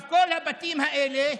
כל הבתים האלה,